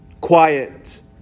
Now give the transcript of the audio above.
quiet